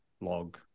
log